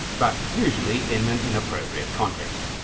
but usually in an inappropriate context.